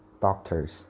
doctors